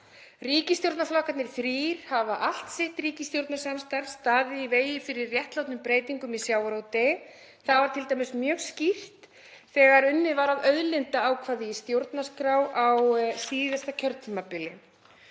Ríkisstjórnarflokkarnir þrír hafa allt sitt ríkisstjórnarsamstarf staðið í vegi fyrir réttlátum breytingum í sjávarútvegi. Það var t.d. mjög skýrt þegar unnið var að auðlindaákvæði í stjórnarskrá á síðasta kjörtímabili.